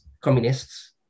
communists